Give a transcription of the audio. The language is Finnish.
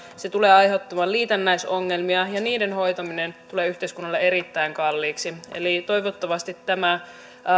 se tulee aiheuttamaan liitännäisongelmia ja niiden hoitaminen tulee yhteiskunnalle erittäin kalliiksi eli toivottavasti tämä